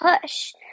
push